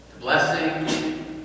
blessing